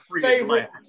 favorite